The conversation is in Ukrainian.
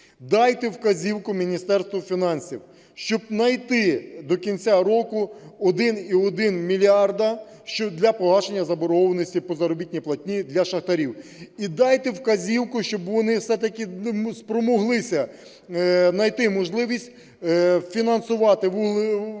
Дайте вказівку Міністерству фінансів, щоб знайти до кінця року 1,1 мільярда для погашення заборгованості по заробітній платні для шахтарів. І дайте вказівку, щоб вони все-таки спромоглися знайти можливість фінансувати